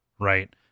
right